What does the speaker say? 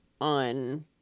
on